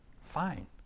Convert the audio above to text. fine